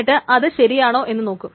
എന്നിട്ട് അത് ശരിയാണോ എന്നു നോക്കും